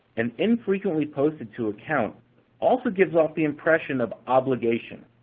an infrequently-posted-to account also gives off the impression of obligation.